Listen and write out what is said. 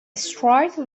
strike